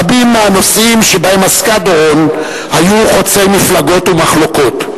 רבים מהנושאים שבהם עסקה דורון היו חוצי מפלגות ומחלוקות.